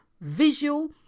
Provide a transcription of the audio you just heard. visual